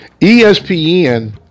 ESPN